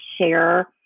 share